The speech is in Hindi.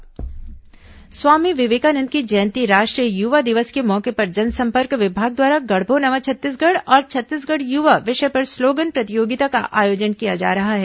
गढ़बो नवा छत्तीसगढ़ स्वामी विवेकानंद की जयंती राष्ट्रीय युवा दिवस के मौके पर जनसंपर्क विभाग द्वारा गढ़बो नवा छत्तीसगढ़ और छत्तीसगढ युवा विषय पर स्लोगन प्रतियोगिता का आयोजन किया जा रहा है